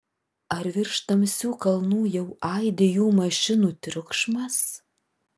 ar virš tamsių kalnų jau aidi jų mašinų triukšmas